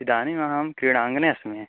इदानीमहं क्रीडाङ्गणे अस्मि